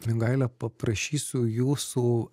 mingaile paprašysiu jūsų